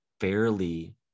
fairly